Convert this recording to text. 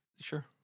Sure